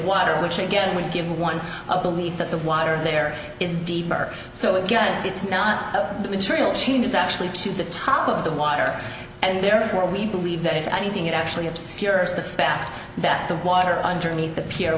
water which again would give one a belief that the water there is deeper so again it's not a material change it's actually to the top of the water and therefore we believe that if anything it actually obscures the fact that the water underneath the pier